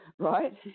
Right